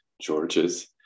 George's